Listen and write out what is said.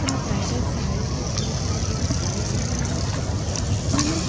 તમે બ્રાઈડલ સાડી તો જુઓ ત્યારે કેવી સારી સારી આવે છે અને